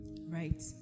Right